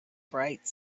bright